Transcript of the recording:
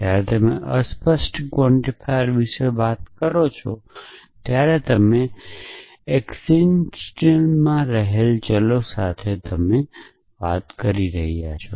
જ્યારે તમે અસ્પષ્ટ ક્વોન્ટિફાયર વિશે વાત કરો છો ત્યારે તમે એકસીટેંટીયલમાં રહેલા ચલો સાથે તમે શું કરો છો